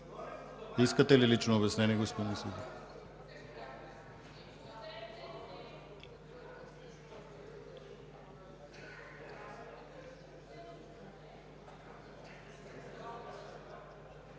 Искате ли лично обяснение, господин Сидеров?